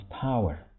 power